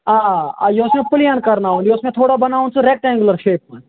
اَ آ یہِ اوس مےٚ پُلین کَرناوُن یہِ اوس مےٚ تھوڑا بَناوُن سُہ رٮ۪کٹٮ۪نٛگوٗلر شیٚپہِ منٛز